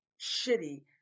shitty